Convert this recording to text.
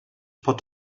pot